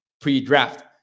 pre-draft